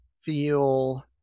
feel